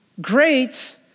Great